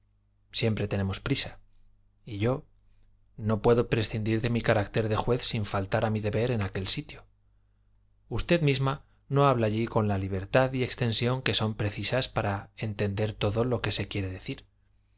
siempre tenemos prisa y yo no puedo prescindir de mi carácter de juez sin faltar a mi deber en aquel sitio usted misma no habla allí con la libertad y extensión que son precisas para entender todo lo que quiere decir